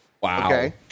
Wow